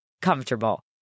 comfortable